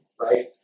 right